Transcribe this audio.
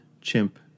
Chimp